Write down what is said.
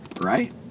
Right